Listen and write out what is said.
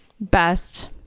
Best